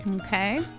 Okay